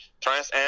Trans